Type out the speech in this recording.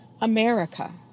America